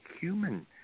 human